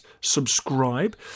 subscribe